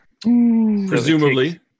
Presumably